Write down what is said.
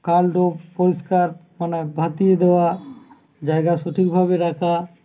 খাল ডোব পরিষ্কার মানে হঠিয়ে দেওয়া জায়গা সঠিকভাবে রাখা